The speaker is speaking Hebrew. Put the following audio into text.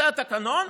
זה התקנון,